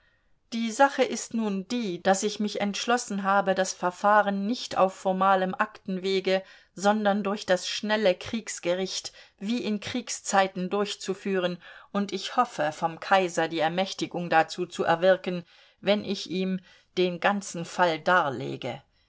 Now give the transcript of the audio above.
die sache ist nun die daß ich mich entschlossen habe das verfahren nicht auf formalem aktenwege sondern durch das schnelle kriegsgericht wie in kriegszeiten durchzuführen und ich hoffe vom kaiser die ermächtigung dazu zu erwirken wenn ich ihm den ganzen fall darlege